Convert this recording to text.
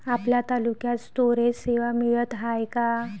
आपल्या तालुक्यात स्टोरेज सेवा मिळत हाये का?